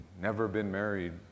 never-been-married